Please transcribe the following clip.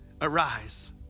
Arise